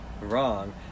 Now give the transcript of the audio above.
wrong